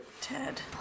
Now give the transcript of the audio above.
Ted